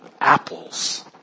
apples